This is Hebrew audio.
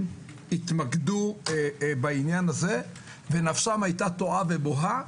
התמקדו באמת בעניין הזה ונפשם היתה תוהה ובוהה,